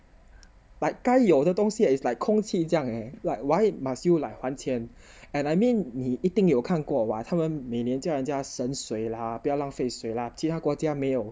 but 该有的东西 it's like 空气这样 eh like why must you like 还钱 and I mean 你一定有看过 !wah! 他们每年叫人家省水 lah 不要浪费水 lah 其他国家没有